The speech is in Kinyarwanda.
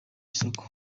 isoko